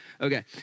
Okay